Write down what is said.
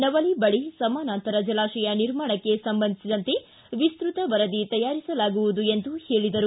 ನವಲಿ ಬಳಿ ಸಮಾನಂತರ ಜಲಾಶಯ ನಿರ್ಮಾಣಕ್ಕೆ ಸಂಬಂಧಿಸಿದಂತೆ ವಿಸ್ತೃತ ವರದಿ ತಯಾರಿಸಲಾಗುವುದು ಎಂದು ಹೇಳಿದರು